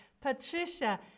Patricia